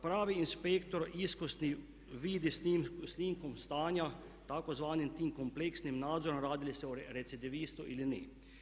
Pravi inspektor, iskusni, vidi snimkom stanja tzv. tim kompleksnim nadzorom radi li se o recidivistu ili ne.